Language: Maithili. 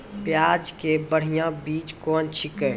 प्याज के बढ़िया बीज कौन छिकै?